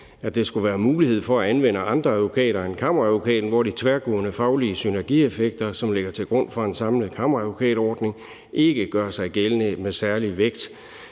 at give mulighed for at anvende andre advokater end Kammeradvokaten, hvor de tværgående faglige synergieffekter, som ligger til grund for en samlet kammeradvokatordning, ikke gør sig gældende med særlig vægt.